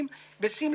ובכן,